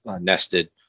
nested